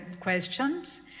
questions